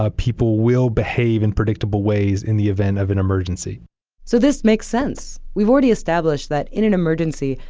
ah people will behave in predictable ways in the event of an emergency so this makes sense. we've already established that in an emergency,